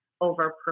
over